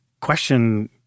question